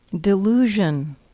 delusion